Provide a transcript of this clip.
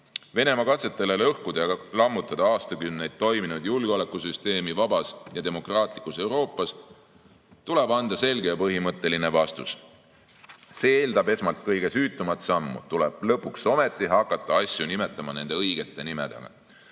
vahel. Venemaa katsetele lõhkuda ja lammutada aastakümneid toiminud julgeolekusüsteemi vabas ja demokraatlikus Euroopas tuleb anda selge ja põhimõtteline vastus. See eeldab esmalt kõige süütumat sammu. Tuleb lõpuks ometi hakata asju nimetama nende õigete